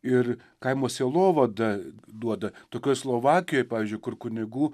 ir kaimo sielovada duoda tokioj slovakijoje pavyzdžiui kur kunigų